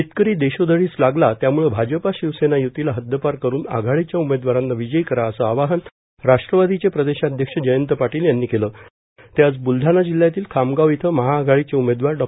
शेतकरो देशोधडीस लागला त्यामुळं भाजप र्शवसेना युतीला हद्दपार करून आघाडीच्या उमेदवारांना र्विजयी करा असं आवाहन राष्ट्रवादांचे प्रदेशाध्यक्ष जयंत पाटोल यांनी केलं ते आज बुलढाणा जिल्ह्यातील खामगाव इथं महाआघाडीचे उमेदवार डॉ